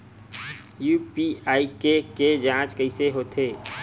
UPI के के जांच कइसे होथे?